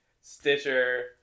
Stitcher